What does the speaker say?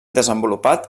desenvolupat